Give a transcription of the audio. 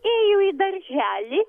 ėjo į darželį